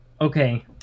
Okay